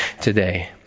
today